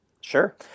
Sure